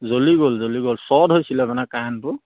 জ্বলি গ'ল জ্বলি গ'ল চ'দ হৈছিলে মানে কাৰেণ্টটো